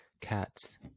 cats